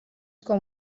two